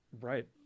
right